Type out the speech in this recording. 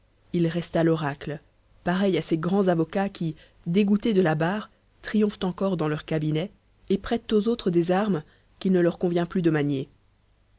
il resta l'oracle pareil à ces grands avocats qui dégoûtés de la barre triomphent encore dans leur cabinet et prêtent aux autres des armes qu'il ne leur convient plus de manier